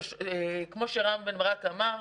כמו שרם בן ברק אמר,